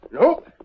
Nope